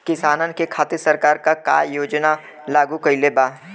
किसानन के खातिर सरकार का का योजना लागू कईले बा?